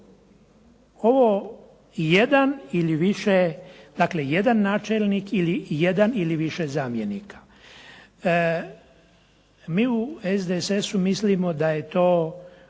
dakle jedan načelnik ili jedan ili više zamjenika. Mi u SDSS-u mislimo da je to